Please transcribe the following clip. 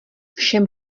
všem